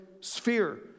sphere